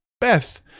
Beth